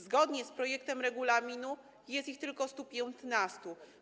Zgodnie z projektem regulaminu jest ich tylko 115.